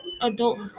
adult